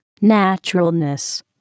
naturalness